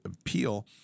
appeal